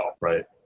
right